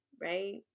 right